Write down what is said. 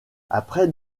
après